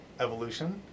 evolution